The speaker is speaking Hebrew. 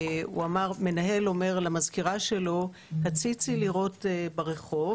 הוא אמר: מנהל אומר למזכירה שלו: הציצי לראות ברחוב